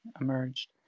emerged